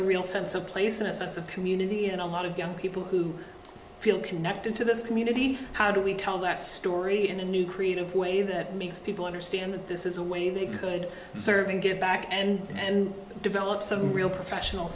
a real sense of place in a sense of community and a lot of young people who feel connected to this community how do we tell that story in a new creative way that makes people understand that this is a way they could serve and get back and develop some real professional